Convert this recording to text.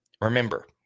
Remember